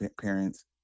parents